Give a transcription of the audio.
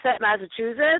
Massachusetts